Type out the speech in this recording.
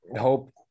hope